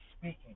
speaking